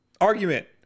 argument